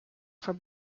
for